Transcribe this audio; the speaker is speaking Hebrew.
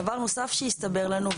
דבר נוסף שהסתבר לנו,